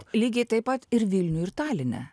lygiai taip pat ir vilniuj ir taline